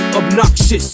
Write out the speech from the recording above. obnoxious